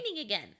again